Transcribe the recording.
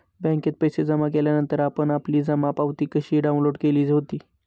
बँकेत पैसे जमा केल्यानंतर आपण आपली जमा पावती कशी डाउनलोड केली होती?